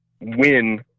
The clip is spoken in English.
win